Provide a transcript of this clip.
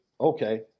Okay